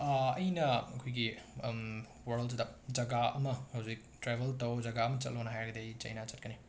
ꯑꯩꯅ ꯑꯩꯈꯣꯏꯒꯤ ꯋꯔꯜꯗꯁꯤꯗ ꯖꯒꯥ ꯑꯃ ꯍꯧꯖꯤꯛ ꯇ꯭ꯔꯕꯦꯜ ꯇꯧ ꯖꯒꯥ ꯑꯃꯗ ꯆꯠꯂꯣꯅ ꯍꯥꯏꯔꯗꯤ ꯑꯩ ꯆꯥꯏꯅꯥ ꯆꯠꯀꯅꯤ